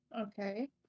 Okay